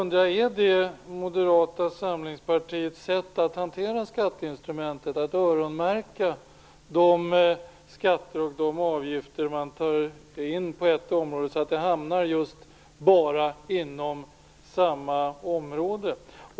Är det Moderata samlingspartiets sätt att hantera skatteinstrumentet att göra en öronmärkning av de skatter och avgifter som man tar in på ett område och låta dem hamna bara inom samma område?